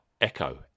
Echo